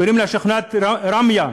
קוראים לה שכונת ראמיה.